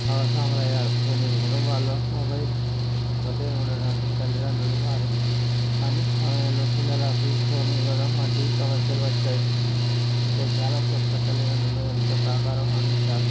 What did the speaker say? భాగస్వామ్యులు అయ్యారు కొన్ని కుటుంబాల్లో మొబైల్ ఒకటే ఉండటంతో తల్లిదండ్రులు వారి పని సమయంలో పిల్లలకి ఫోను ఇవ్వడం వంటి సమస్యలు వచ్చాయి అయితే చాలా చెట్ల తల్లిదండ్రులు ఎంతో సహకారం అందించారు